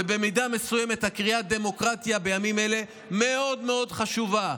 ובמידה מסוימת הקריאה "דמוקרטיה" בימים אלה מאוד מאוד חשובה,